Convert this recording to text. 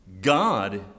God